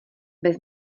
bez